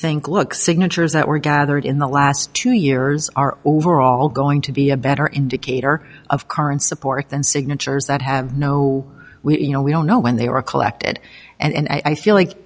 think look signatures that were gathered in the last two years are overall going to be a better indicator of current support than signatures that have no we you know we don't know when they were collected and i feel like